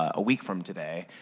ah week from today,